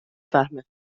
فهمه